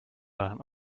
waren